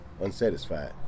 unsatisfied